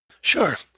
Sure